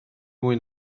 mwy